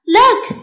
Look